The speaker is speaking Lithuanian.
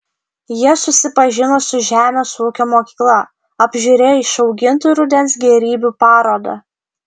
jie susipažino su žemės ūkio mokykla apžiūrėjo išaugintų rudens gėrybių parodą